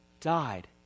died